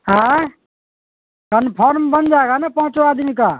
ایں کنفرم بن جائے گا نا پانچوں آدمی کا